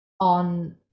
on